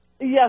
Yes